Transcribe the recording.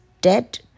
dead